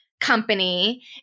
company